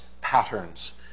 patterns